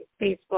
Facebook